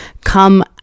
come